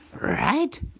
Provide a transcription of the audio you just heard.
right